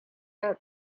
had